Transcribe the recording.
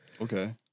Okay